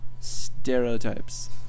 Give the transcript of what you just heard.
Stereotypes